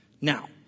Now